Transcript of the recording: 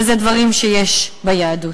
ואלה דברים שיש ביהדות.